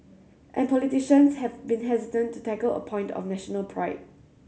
and politicians have been hesitant to tackle a point of national pride